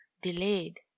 delayed